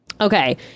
Okay